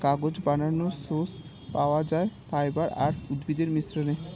কাগজ বানানোর সোর্স পাওয়া যায় ফাইবার আর উদ্ভিদের মিশ্রণে